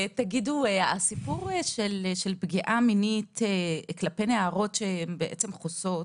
הסיפור של פגיעה מינית כלפי נערות חוסות,